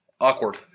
Awkward